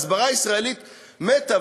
ההסברה הישראלית מתה.